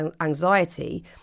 anxiety